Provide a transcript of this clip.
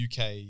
UK